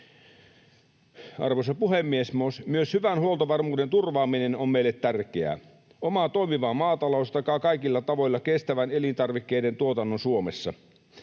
Arvoisa puhemies! Myös hyvän huoltovarmuuden turvaaminen on meille tärkeää. Oma toimiva maatalous takaa kaikilla tavoilla kestävän elintarvikkeiden tuotannon Suomessa.